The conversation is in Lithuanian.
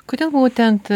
kodėl būtent